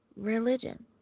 religion